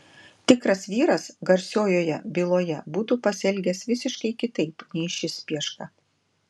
tikras vyras garsiojoje byloje būtų pasielgęs visiškai kitaip nei šis pieška